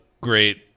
great